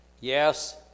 yes